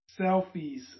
Selfies